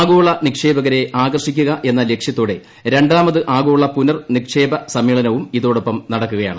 ആഗോള നിക്ഷേപകരെ ആകർഷി ക്കുക എന്ന ലക്ഷ്യത്തോടെ രണ്ടാമത് ആഗോള പുനർ നിക്ഷേപ സമ്മേള നവും ഇതോടൊപ്പം നടക്കുകയാണ്